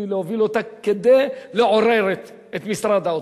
להוביל אותה כדי לעורר את משרד האוצר.